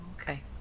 okay